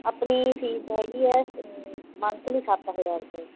ਆਪਣੀ ਫ਼ੀਸ ਹੈਗੀ ਆ ਮੰਥਲੀ ਸੱਤ ਹਜ਼ਾਰ ਰੁਪਏ